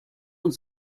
und